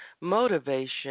motivation